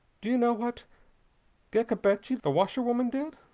do you know what gekke betje, the washerwoman, did?